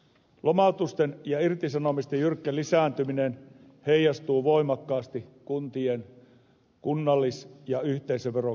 lomautusten ja irtisanomisten jyrkkä lisääntyminen heijastuu voimakkaasti kuntien kunnallis ja yhteisöverokertymiin